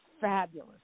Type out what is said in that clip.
fabulous